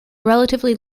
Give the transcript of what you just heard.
relatively